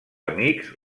amics